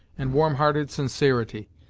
and warm-hearted sincerity.